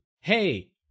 Hey